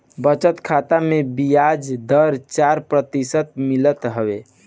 बचत खाता में बियाज दर चार प्रतिशत मिलत हवे